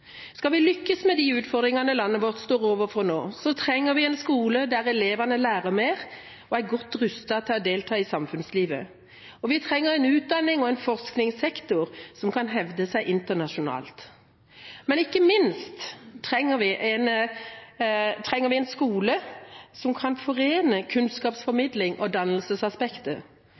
Skal vi lykkes med de utfordringene landet vårt står overfor nå, trenger vi en skole der elevene lærer mer og er godt rustet til å delta i samfunnslivet. Og vi trenger en utdannings- og forskningssektor som kan hevde seg internasjonalt. Ikke minst trenger vi en skole som kan forene kunnskapsformidling og dannelsesaspektet.